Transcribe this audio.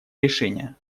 решения